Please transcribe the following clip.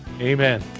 Amen